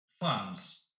Funds